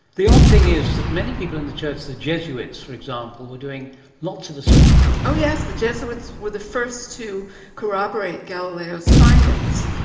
the odd thing is that many people in the church, the jesuits, for example, were doing lots of astronomy. oh yes, the jesuits were the first to corroborate galileo's findings,